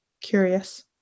curious